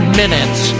minutes